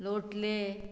लोटले